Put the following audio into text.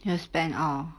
cash spend all